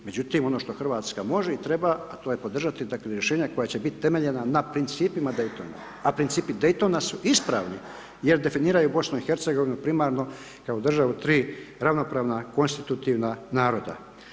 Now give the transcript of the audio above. Međutim, ono što Hrvatska može i treba, a to je podržati rješenja koja će biti temeljena na principima Daytona, a principi Daytona su ispravni, jer definiraju BIH primarno, državu 3 ravnopravna konstitutivna naroda.